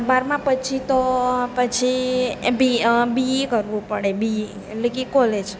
બારમા પછી તો પછી બી બીઈ કરવું પડે બીઈ એટલે કે કોલેજ